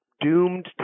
doomed